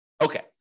Okay